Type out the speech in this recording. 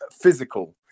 physical